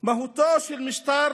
"מהותו של משטר